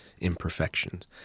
imperfections